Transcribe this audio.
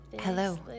Hello